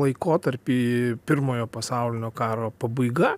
laikotarpį pirmojo pasaulinio karo pabaiga